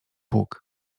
puk